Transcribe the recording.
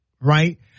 right